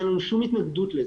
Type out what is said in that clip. אין לנו שום התנגדות לזה,